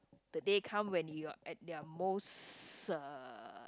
the day come when you are at your most uh